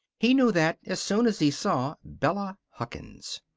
he knew that as soon as he saw bella huckins.